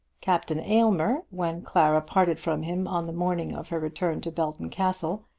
captain aylmer, when clara parted from him on the morning of her return to belton castle,